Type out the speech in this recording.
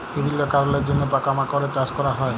বিভিল্য কারলের জন্হে পকা মাকড়ের চাস ক্যরা হ্যয়ে